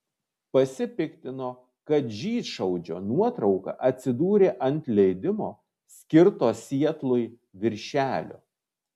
pasipiktino kad žydšaudžio nuotrauka atsidūrė ant leidimo skirto sietlui viršelio